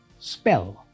Spell